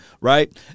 right